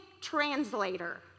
translator